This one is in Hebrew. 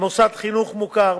מוסד חינוך מוכר,